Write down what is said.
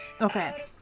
okay